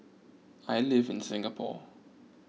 I live in Singapore